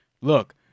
look